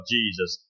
Jesus